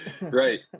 Right